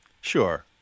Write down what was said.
sure